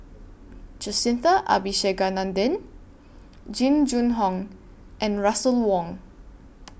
Jacintha Abisheganaden Jing Jun Hong and Russel Wong